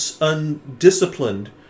undisciplined